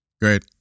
Great